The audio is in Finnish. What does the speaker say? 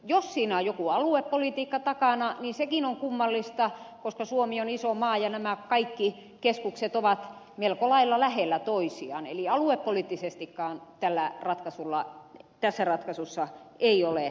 jos siinä on joku aluepolitiikka takana niin sekin on kummallista koska suomi on iso maa ja nämä kaikki keskukset ovat melko lailla lähellä toisiaan eli aluepoliittisestikaan tässä ratkaisussa ei ole järkeä